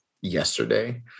yesterday